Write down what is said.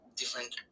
different